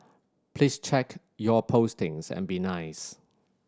please check your postings and be nice